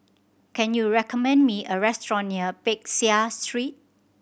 can you recommend me a restaurant near Peck Seah Street